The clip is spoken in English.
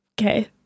Okay